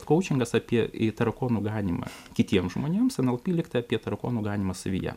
kaučingas apie tarakonų ganymą kitiems žmonėms nlp lygtai apie tarakonų ganymą savyje